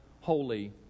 holy